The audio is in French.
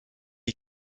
est